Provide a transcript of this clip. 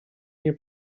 nie